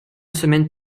semaine